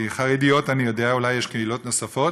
חרדיות אני יודע, אולי יש קהילות נוספות,